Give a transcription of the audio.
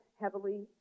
heavily